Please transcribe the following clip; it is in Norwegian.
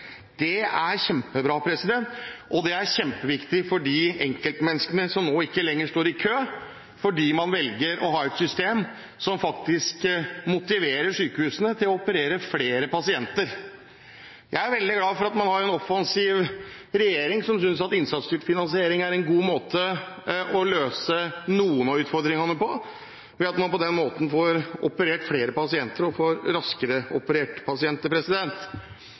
Det er kjempebra. Og det er kjempeviktig for de enkeltmenneskene som nå ikke lenger står i kø, fordi man velger å ha et system som motiverer sykehusene til å operere flere pasienter. Jeg er veldig glad for at man har en offensiv regjering som synes at innsatsstyrt finansiering er en god måte å løse noen av utfordringene på, fordi man på den måten får operert flere pasienter og får pasienter raskere operert.